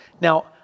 Now